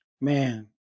Man